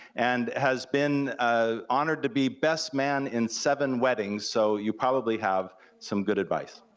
and has been ah honored to be best man in seven weddings, so you probably have some good advice.